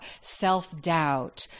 self-doubt